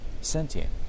sentient